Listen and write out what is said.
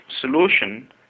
solution